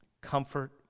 comfort